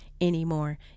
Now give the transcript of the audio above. anymore